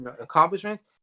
accomplishments